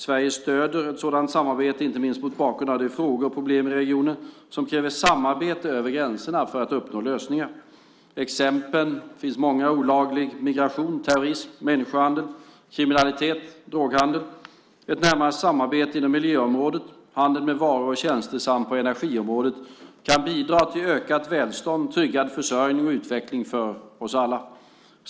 Sverige stöder ett sådant samarbete, inte minst mot bakgrund av de frågor och problem i regionen som kräver samarbete över gränserna för att uppnå lösningar. Exempel på detta är olaglig migration, terrorism, människohandel, kriminalitet och droghandel. Ett närmare samarbete inom miljöområdet, handeln med varor och tjänster samt på energiområdet kan bidra till ökat välstånd, tryggad försörjning och utveckling för oss alla.